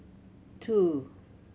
two